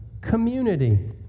community